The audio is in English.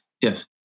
yes